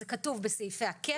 זה כתוב בסעיפי ה-Cap,